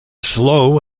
slow